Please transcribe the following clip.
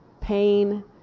pain